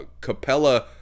Capella